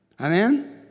Amen